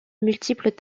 multiples